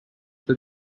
the